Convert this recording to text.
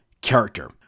character